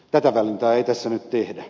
tätä valintaa ei tässä nyt tehdä